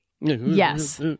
Yes